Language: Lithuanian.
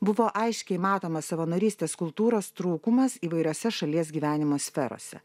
buvo aiškiai matomas savanorystės kultūros trūkumas įvairiose šalies gyvenimo sferose